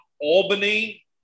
Albany